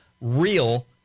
real